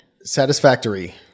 satisfactory